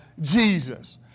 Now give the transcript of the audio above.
Jesus